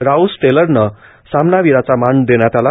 राओस टेलरला सामनावीराचा मान देण्यात आला